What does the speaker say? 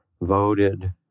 voted